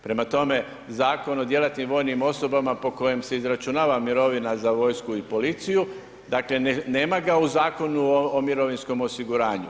Prema tome, Zakon o djelatnim vojnim osobama po kojem se izračunava mirovina za vojsku i policiju, dakle nema ga u Zakonu o mirovinskom osiguranju.